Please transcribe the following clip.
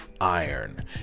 iron